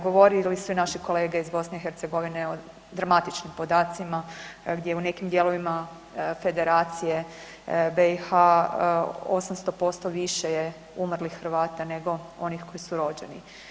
Govorili su i naši kolege iz BiH o dramatičnim podacima gdje u nekim dijelovima Federacije BiH 800% više je umrlih Hrvata nego onih koji su rođeni.